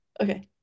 Okay